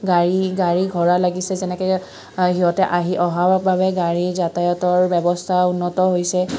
গাড়ী লাগিছে যেনেকে সিহঁতে আহি অহাৰ বাবে গাড়ী যাতায়তৰ ব্যৱস্থা উন্নত হৈছে